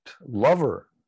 lover